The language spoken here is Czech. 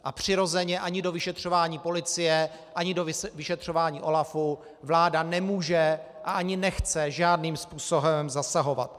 A přirozeně ani do vyšetřování policie ani do vyšetřování OLAFu vláda nemůže a ani nechce žádným způsobem zasahovat.